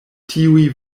tiuj